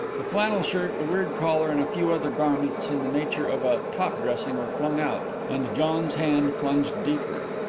the flannel shirt, the weird collar and a few other garments in the nature of a top-dressing were flung out and john's hand plunged deeper.